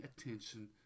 attention